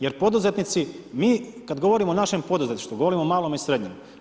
Jer poduzetnici, mi kada govorimo o našem poduzetniku, govorimo o malome i srednjem.